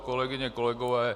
Kolegyně, kolegové.